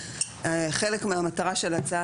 חלק מהמטרה שלה,